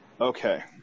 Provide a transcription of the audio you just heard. Okay